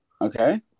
Okay